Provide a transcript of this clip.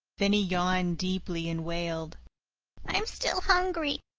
then he yawned deeply, and wailed i'm still hungry.